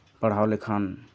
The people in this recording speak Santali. ᱯᱟᱲᱦᱟᱣ ᱞᱮᱠᱷᱟᱱ